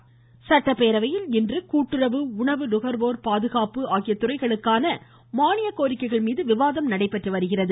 மானியக்கோரிக்கை சட்டப்பேரவையில் இன்று கூட்டுறவு உணவு நுகர்வோர் பாதுகாப்பு ஆகிய துறைகளுக்கான மானியக்கோரிக்கைகள் மீது விவாதம் நடைபெற்று வருகிறது